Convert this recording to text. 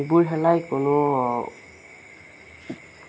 এইবোৰ খেলাই কোনো